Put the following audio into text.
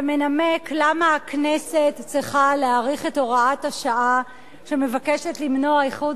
ומנמק למה הכנסת צריכה להאריך את הוראת השעה שמבקשת למנוע איחוד